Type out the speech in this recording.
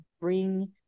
bring